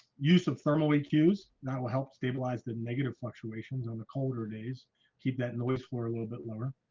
use of thermal weak use that will help stabilize the negative fluctuations on the colder days keep that in the list for a little bit lower.